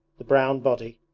the brown body,